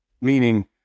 meaning